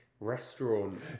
Restaurant